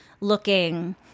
looking